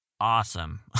awesome